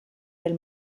del